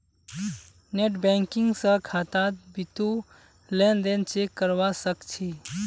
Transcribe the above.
net banking स खातात बितु लेन देन चेक करवा सख छि